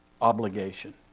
obligation